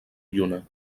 lluna